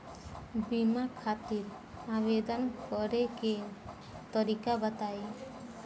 बीमा खातिर आवेदन करे के तरीका बताई?